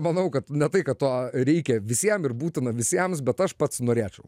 manau kad ne tai kad to reikia visiem ir būtina visiems bet aš pats norėčiau